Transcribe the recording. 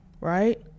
right